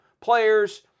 players